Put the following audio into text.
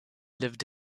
lived